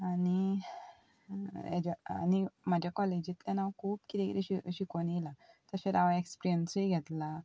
आनी हेज्या आनी म्हाज्या कॉलेजीतल्यान हांव खूब कितें कितें शि शिकोवन येयला तशेर हांव एक्सप्रियेन्सूय घेतला